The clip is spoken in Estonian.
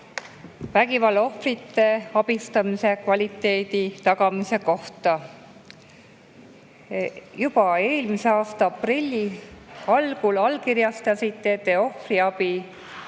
vägivalla ohvrite abistamise kvaliteedi tagamise kohta. Juba eelmise aasta aprilli algul allkirjastasite te ohvriabi